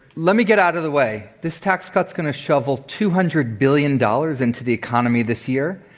let me get out of the way. this tax cut's going to shovel two hundred billion dollars into the economy this year.